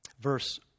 Verse